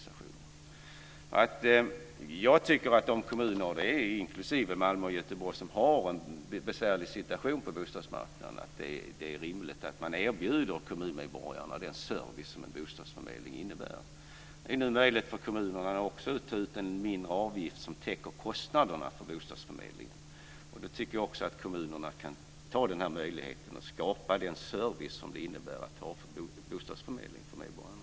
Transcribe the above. Jag tycker att det är rimligt att de kommuner, inklusive Malmö och Göteborg, som har en besvärlig situation på bostadsmarknaden erbjuder medborgarna den service som en bostadsförmedling innebär. Det nu också möjligt för kommunerna att ta ut en mindre avgift, som täcker kostnaderna för bostadsförmedlingen. Jag tycker att kommunerna kan ta möjligheten att skapa den service som en bostadsförmedling innebär för medborgarna.